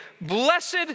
Blessed